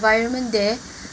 environment there